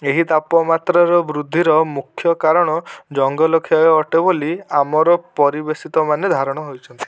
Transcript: ଏହି ତାପମାତ୍ରାର ବୃଦ୍ଧିର ମୁଖ୍ୟ କାରଣ ଜଙ୍ଗଲ କ୍ଷୟ ଅଟେ ବୋଲି ଆମର ପରିବେଷିତ ମାନେ ଧାରଣ ହୋଇଛନ୍ତି